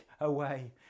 away